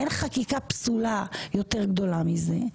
אין חקיקה פסולה יותר גדולה מזה,